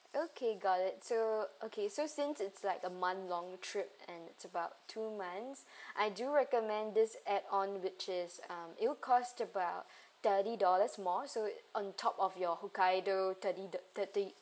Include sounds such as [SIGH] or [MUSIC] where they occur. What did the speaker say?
okay got it so okay so since it's like a month long trip and it's about two months [BREATH] I do recommend this add on which is um it'll cost about [BREATH] thirty dollars more so on top of your hokkaido thirty the thirty